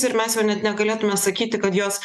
ir mes jau net negalėtume sakyti kad jos